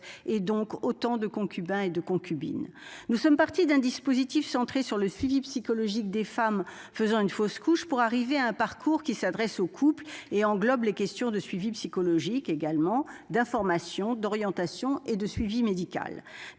et donc autant de concubins et de concubines, nous sommes partis d'un dispositif centré sur le suivi psychologique des femmes, faisant une fausse couche pour arriver à un parcours qui s'adresse aux couples et englobe les questions de suivi psychologique également d'information d'orientation et de suivi médical